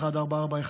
1441,